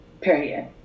Period